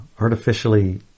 artificially